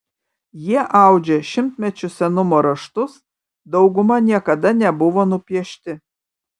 jie audžia šimtmečių senumo raštus dauguma niekada nebuvo nupiešti